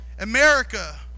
America